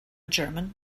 german